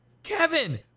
Kevin